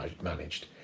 managed